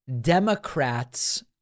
Democrats